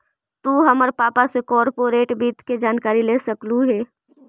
तु हमर पापा से कॉर्पोरेट वित्त के जानकारी ले सकलहुं हे